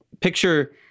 picture